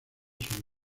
sus